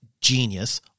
genius